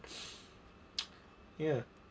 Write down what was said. ya